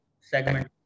segment